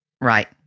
Right